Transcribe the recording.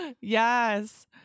Yes